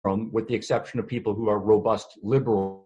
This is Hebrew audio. ‫במקרה של אנשים ליברליים מוחלטים